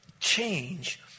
change